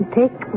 take